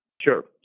sure